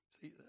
See